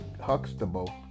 Huxtable